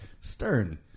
Stern